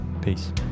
Peace